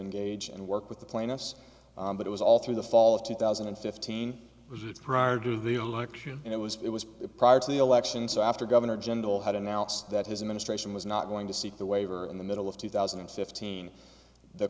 engage and work with the plaintiffs but it was all through the fall of two thousand and fifteen which is prior to the election and it was it was prior to the elections after governor jindal had announced that his administration was not going to seek the waiver in the middle of two thousand and fifteen the